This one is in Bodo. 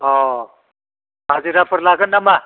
अ हाजिराफोर लागोन नामा